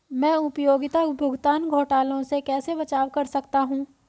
मैं उपयोगिता भुगतान घोटालों से कैसे बचाव कर सकता हूँ?